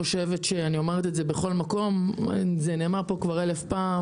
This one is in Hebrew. אני אומרת את זה בכל מקום וזה נאמר פה כבר אלף פעם